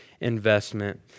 investment